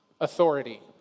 authority